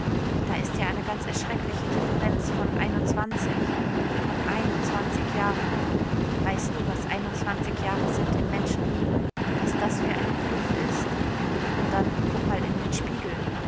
da ist ja eine ganz erschreckliche differenz von von einundzwanzig jahren weißt du was einundzwanzig jahre sind im menschenleben was das für eine kluft ist und dann guck mal in den spiegel